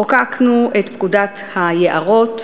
חוקקנו את פקודת היערות,